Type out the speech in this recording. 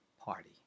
party